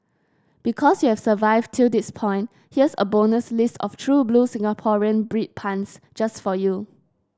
because you've survived till this point here is a bonus list of true blue Singaporean bread puns just for you